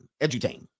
educate